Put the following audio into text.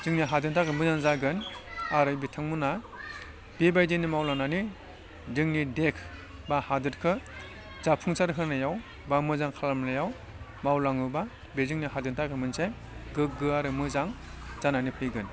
जोंनि हादोदनि थाखाय मोजां जागोन आरो बिथांमोना बिबायदिनो मावलांनानै जोंनि देख बा हादोरखो जाफुंसार होनायाव बा मोजां खालामनायाव मावलाङोबा बे जोंनि हादोदनि थाखाय मोनसे गोग्गो आरो मोजां जानानै फैगोन